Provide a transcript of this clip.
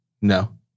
No